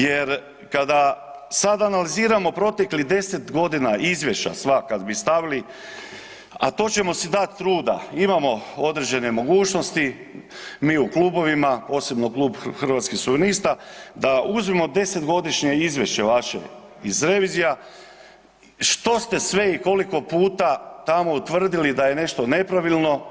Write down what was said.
Jer kada sada analiziramo proteklih 10 godina izvješća sva kada bi stavili, a to ćemo si dati druga, imamo određene mogućnosti mi u klubovima, posebno klub Hrvatskih suverenista da uzmemo desetodišnje izvješće iz revizija što ste sve i koliko puta tamo utvrdili da je nešto nepravilno.